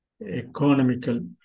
economical